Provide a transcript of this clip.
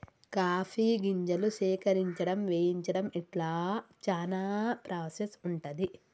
coffee గింజలు సేకరించడం వేయించడం ఇట్లా చానా ప్రాసెస్ ఉంటది